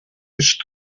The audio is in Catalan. est